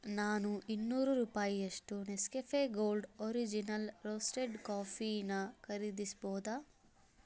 ನಾನು ಇನ್ನೂರು ರೂಪಾಯಿಯಷ್ಟು ನೆಸ್ಕೆಫೆ ಗೋಲ್ಡ್ ಒರಿಜಿನಲ್ ರೋಸ್ಟೆಡ್ ಕಾಫೀನಾ ಖರೀದಿಸ್ಬೋದಾ